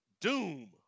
Doom